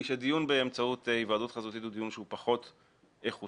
היא שדיון באמצעות היוועדות חזותית הוא דיון שהוא פחות איכותי,